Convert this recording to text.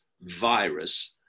virus